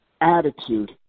attitude